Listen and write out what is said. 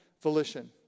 volition